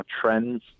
trends